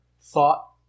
thought